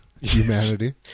Humanity